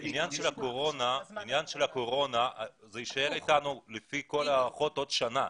לפי כל ההערכות הקורונה תישאר אתנו עוד שנה.